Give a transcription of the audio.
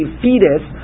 fetus